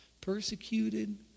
persecuted